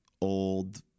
old